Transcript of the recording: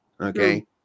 okay